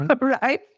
Right